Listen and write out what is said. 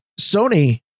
Sony